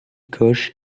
koch